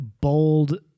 bold